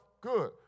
Good